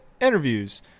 interviews